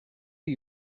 are